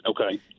okay